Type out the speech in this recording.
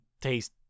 taste